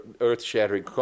earth-shattering